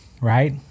Right